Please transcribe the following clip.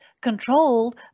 controlled